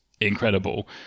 incredible